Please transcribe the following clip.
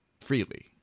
freely